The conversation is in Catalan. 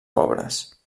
pobres